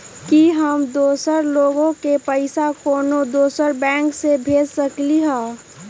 कि हम दोसर लोग के पइसा कोनो दोसर बैंक से भेज सकली ह?